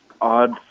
odd